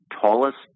tallest